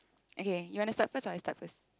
okay you want to start first or I start first